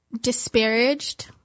Disparaged